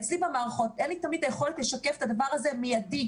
אצלי במערכות אין לי תמיד את היכולת לשקף את הדבר הזה מיידי,